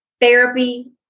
therapy